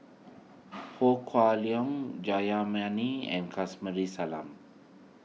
Ho Kah Leong Jayamani and Salam